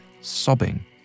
sobbing